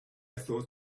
thought